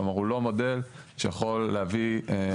כלומר הוא לא מודל שיכול להביא ליישום של הדבר.